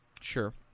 Sure